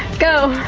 go!